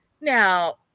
now